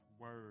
word